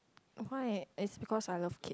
why it's because I love kid